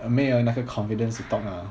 没有那个 confidence to talk ah